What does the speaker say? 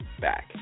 back